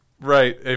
Right